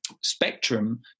spectrum